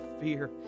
fear